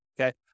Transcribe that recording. Okay